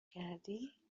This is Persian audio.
کردی